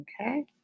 okay